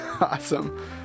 Awesome